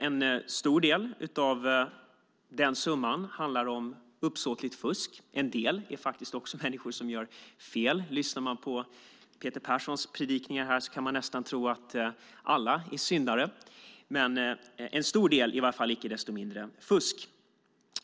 En stor del av den summan handlar om uppsåtligt fusk. En del beror också på att människor gör fel. Lyssnar man på Peter Perssons predikningar här kan man nästan tro att alla är syndare. En stor del är icke desto mindre fusk.